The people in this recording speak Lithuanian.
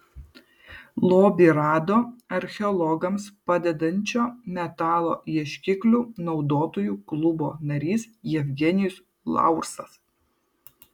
lobį rado archeologams padedančio metalo ieškiklių naudotojų klubo narys jevgenijus laursas